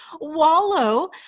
wallow